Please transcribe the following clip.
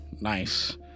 Nice